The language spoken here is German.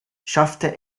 schaffte